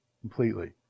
completely